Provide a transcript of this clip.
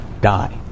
die